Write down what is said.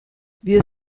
wir